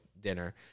dinner